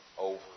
over